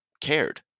cared